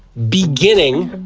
beginning,